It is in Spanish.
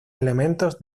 elementos